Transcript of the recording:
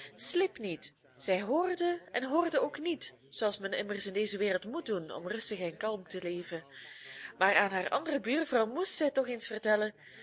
sliep niet zij hoorde en hoorde ook niet zooals men immers in deze wereld moet doen om rustig en kalm te leven maar aan haar andere buurvrouw moest zij het toch eens vertellen